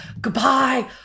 Goodbye